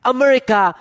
America